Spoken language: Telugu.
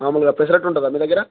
ఆములుగా పెెరట్టు ఉదా మీ దగ్ర